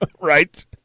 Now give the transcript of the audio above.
right